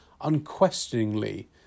unquestioningly